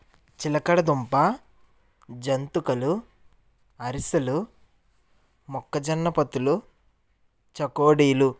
చిలకడదుంప జంతికలు అరిసెలు మొక్కజొన్న పొత్తులు చకోడీలు